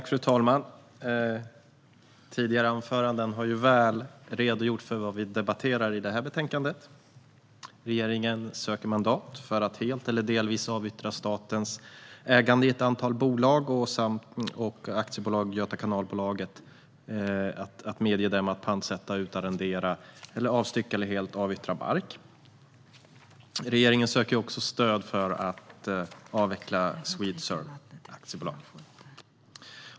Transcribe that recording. Fru talman! Tidigare anföranden har väl redogjort för vad vi debatterar i det här betänkandet. Regeringen söker mandat att helt eller delvis avyttra statens ägande i ett antal bolag samt att AB Göta kanalbolag medges pantsätta, utarrendera, avstycka eller avyttra mark. Regeringen söker också stöd för att avveckla Swedesurvey Aktiebolag.